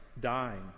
dying